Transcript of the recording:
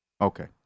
Okay